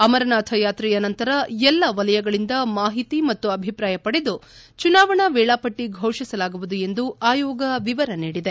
ಅಮರನಾಥ ಯಾತ್ರೆಯ ನಂತರ ಎಲ್ಲಾ ವಲಯಗಳಿಂದ ಮಾಹಿತಿ ಮತ್ತು ಅಭಿಪ್ರಾಯ ಪಡೆದು ಚುನಾವಣಾ ವೇಳಾಪಟ್ಟ ಘೋಷಿಸಲಾಗುವುದು ಎಂದು ಆಯೋಗ ವಿವರ ನೀಡಿದೆ